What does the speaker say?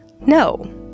no